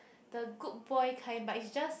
the good boy kind but it's just